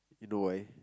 you know why